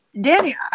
Danny